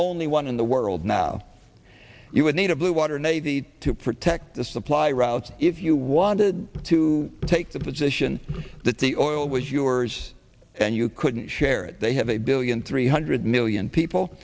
only one in the world now you would need a blue water navy to protect the supply routes if you wanted to take the position that the oil was yours and you couldn't share it they have a billion three hundred million people